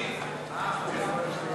נתקבל.